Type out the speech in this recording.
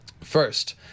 First